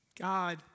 God